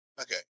Okay